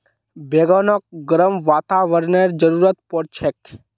बैगनक गर्म वातावरनेर जरुरत पोर छेक